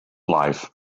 life